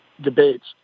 debates